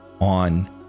on